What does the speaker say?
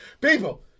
People